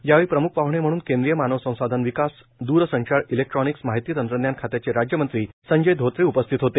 यावेळी प्रमुख पाहणे म्हणून केंद्रीय मानव संसाधन विकास द्रसंचार इलेक्टानिक्स माहिती तंत्रज्ञान खात्याचे राज्यमंत्री संजय धोत्रे उपस्थित होते